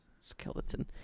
skeleton